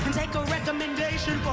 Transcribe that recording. take a recommendation